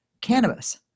cannabis